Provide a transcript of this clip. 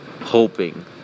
hoping